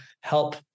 help